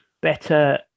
better